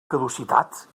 caducitat